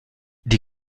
die